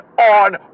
on